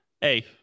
Hey